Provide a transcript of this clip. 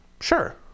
Sure